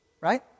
right